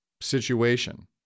situation